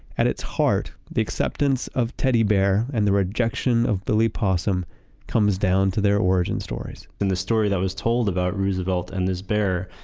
at its heart, the acceptance of teddy bear and the rejection of billy possum comes down to their origin stories in the story that was told about roosevelt and this bear,